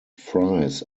fries